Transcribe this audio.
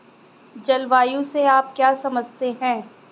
जलवायु से आप क्या समझते हैं?